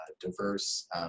diverse